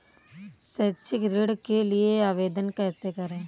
शैक्षिक ऋण के लिए आवेदन कैसे करें?